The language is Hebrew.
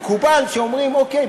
מקובל שאומרים: אוקיי,